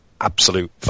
absolute